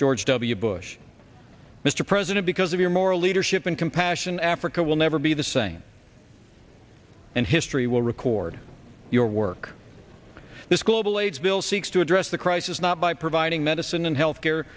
george w bush mr president because of your moral leadership and compassion africa will never be the same and history will record your work this global aids bill seeks to address the crisis not by providing medicine and health care